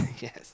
Yes